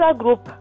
group